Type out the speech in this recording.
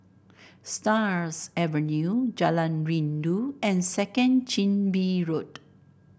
Stars Avenue Jalan Rindu and Second Chin Bee Road